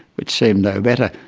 it seemed no better.